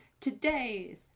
today's